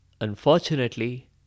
Unfortunately